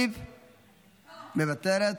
מוותרת,